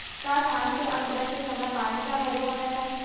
का धान के अंकुरण के समय पानी ल भरे होना चाही?